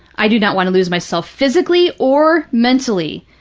i do not want to lose myself physically or mentally.